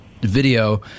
video